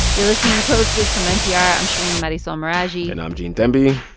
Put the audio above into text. you're listening to code switch from npr. i'm shereen marisol meraji and i'm gene demby.